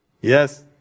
Yes